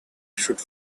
should